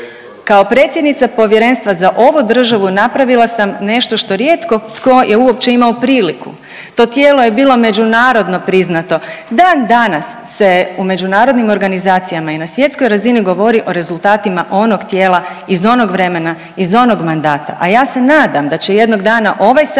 Kao predsjednica povjerenstva za ovu državu napravila sam nešto što rijetko tko je uopće imao priliku, to tijelo je bilo međunarodno priznato. Dan danas se u međunarodnim organizacijama i na svjetskoj razini govori o rezultatima onog tijela iz onog vremena, iz onog mandata, a ja se nadam da će jednog dana ovaj sabor,